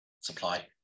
supply